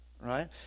right